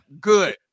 Good